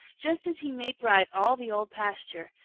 just as he made bright all the old pasture,